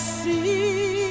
see